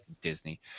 Disney